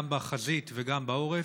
גם בחזית וגם בעורף,